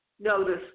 notice